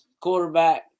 quarterback